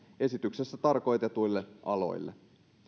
esityksessä tarkoitetuille aloille